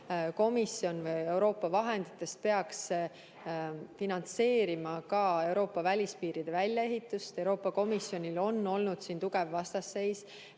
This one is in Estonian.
Komisjon Euroopa vahenditest peaks finantseerima ka Euroopa välispiiride väljaehitust. Euroopa Komisjonil on olnud siin tugev vastasseis.